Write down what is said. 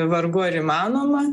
vargu ar įmanoma